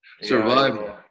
survival